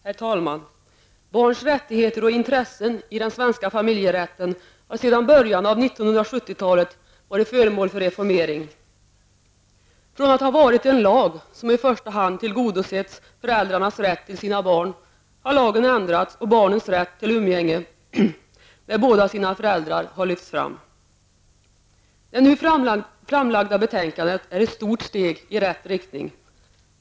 Herr talman! Barns rättigheter och intressen i den svenska familjerätten har sedan början av 1970 talet varit föremål för reformering. Från att ha varit en lag som i första hand tillgodosett föräldrarnas rätt till sina barn, har lagen ändrats och barnets rätt till umgänge med båda sina föräldrar har lyfts fram. Det nu framlagda betänkandet är ett stort steg i rätt riktning.